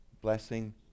blessing